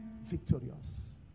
victorious